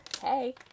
hey